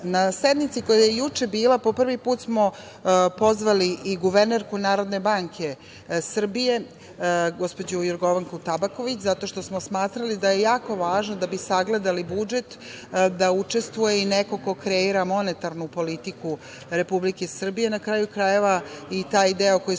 sednici koja je juče bila po prvi put smo pozvali i guvernerku Narodne Banke Srbije, gospođu Jorgovanku Tabaković, zato što smo smatrali da je jako važno da bi sagledali budžet da učestvuje i neko ko kreira monetarnu politiku Republike Srbije, na kraju krajeva i taj deo koji se